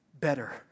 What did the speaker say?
better